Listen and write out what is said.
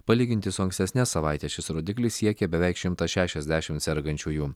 palyginti su ankstesne savaite šis rodiklis siekė beveik šimtas šešiasdešimt sergančiųjų